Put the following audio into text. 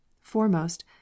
foremost